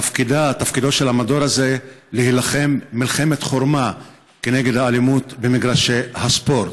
תפקידו של המדור הזה להילחם מלחמת חורמה כנגד האלימות במגרשי הספורט.